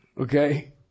okay